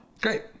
Great